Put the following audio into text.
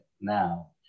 now